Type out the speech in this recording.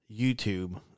YouTube